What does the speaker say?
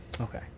Okay